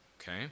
Okay